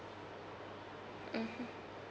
mmhmm